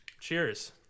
Cheers